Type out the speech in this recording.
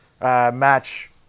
match